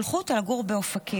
שלחו אותה לגור באופקים.